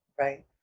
right